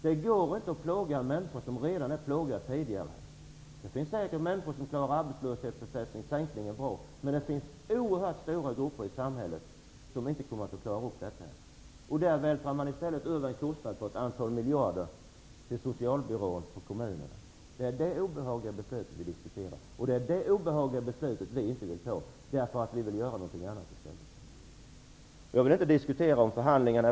Det går inte att plåga en människa som redan tidigare är plågad. Det finns säkert människor som klarar sänkningen av arbetslöshetsersättningen bra, men det finns oerhört stora grupper i samhället som inte kommer att göra det. Det blir då i stället socialbyråerna ute i kommunerna som får överta en kostnad på ett antal miljarder. Det är detta obehagliga beslut som vi diskuterar. Det beslutet vill vi inte ta, eftersom vi vill göra någonting annat. Jag vill inte diskutera förhandlingarna.